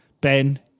Ben